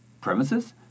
premises